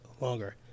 longer